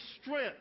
strength